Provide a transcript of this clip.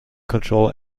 control